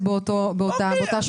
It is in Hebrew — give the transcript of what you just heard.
גברתי יושבת-ראש הוועדה,